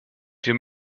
wir